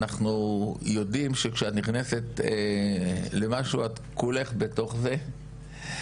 אנחנו יודעים שכשאת נכנסת למשהו את כולך בתוך זה,